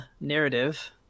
narrative